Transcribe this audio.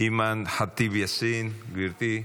אימאן ח'טיב יאסין, גברתי,